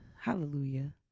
Hallelujah